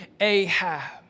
Ahab